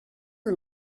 are